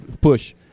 push